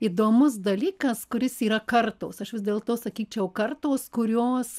įdomus dalykas kuris yra kartos aš vis dėlto sakyčiau kartos kurios